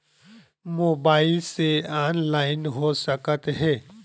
Mobile से online हो सकत हे?